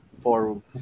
forum